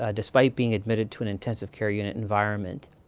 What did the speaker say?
ah despite being admitted to an intensive care unit environment.